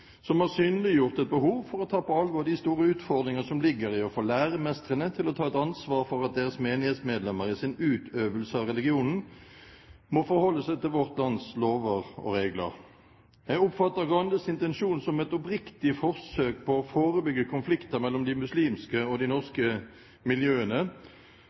som har synliggjort et behov for å ta på alvor de store utfordringer som ligger i å få læremestrene til å ta et ansvar for at deres menighetsmedlemmer i sin utøvelse av religionen må forholde seg til vårt lands lover og regler. Jeg oppfatter Skei Grandes intensjon som et oppriktig forsøk på å forebygge konflikter mellom de muslimske og de norske miljøene.